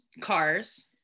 cars